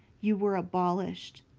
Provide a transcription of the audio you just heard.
you were abolished,